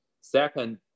Second